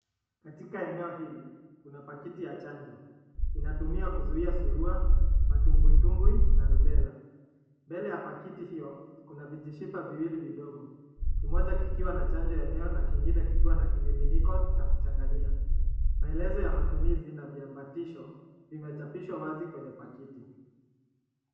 Katika eneo hili kuna pakiti ya chanjo, inatumia kuzuia surua, matumbwitumbwi na rubela. Mbele ya pakiti hiyo kuna vijishipa viwili vidogo. Kimoja kikiwa na chanjo yenyewe na kingine kikiwa na kimiminiko cha kuchanganyia. Maelezo ya matumizi na viambatisho vimechapishwa wazi kwenye pakiti.